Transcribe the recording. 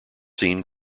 seen